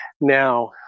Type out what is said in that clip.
now